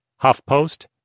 HuffPost